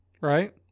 right